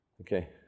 Okay